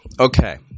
okay